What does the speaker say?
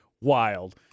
wild